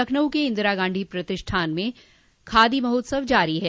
लखनऊ के इंदिरा गांधी प्रतिष्ठान में खादी महोत्सव जारी है